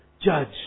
judge